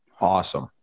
Awesome